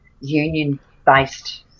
union-based